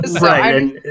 Right